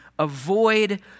avoid